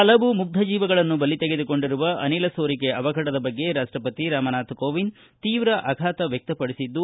ಹಲವು ಮುಗ್ಧ ಜೀವಗಳನ್ನು ಬಲಿ ತೆಗೆದುಕೊಂಡಿರುವ ಅನಿಲ ಸೋರಿಕೆ ಅವಘಡದ ಬಗ್ಗೆ ರಾಷ್ಟಪತಿ ರಾಮನಾಥ್ ಕೋವಿಂದ್ ತೀವೃ ಆಫಾತ ವ್ಯಕ್ತಪಡಿಸಿದ್ದು